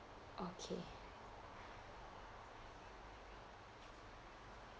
okay